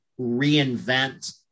reinvent